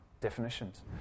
definitions